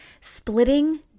Splitting